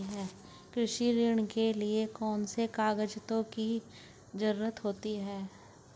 कृषि ऋण के लिऐ कौन से कागजातों की जरूरत होती है?